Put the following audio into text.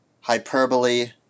hyperbole